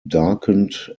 darkened